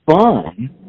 fun